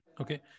Okay